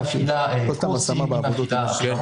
גם מבחינה כלכלית וגם מבחינה חברתית.